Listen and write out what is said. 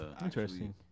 interesting